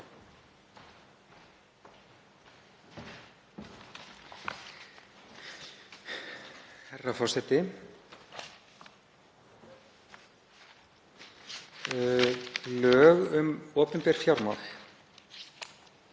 Herra forseti. Lög um opinber fjármál.